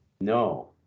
no